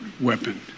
weapon